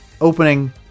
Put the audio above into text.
opening